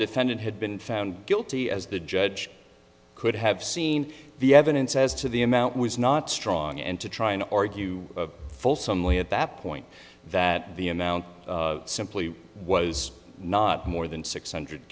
defendant had been found guilty as the judge could have seen the evidence as to the amount was not strong and to try and argue fulsomely at that point that the amount simply was not more than six hundred